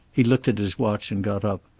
he looked at his watch and got up.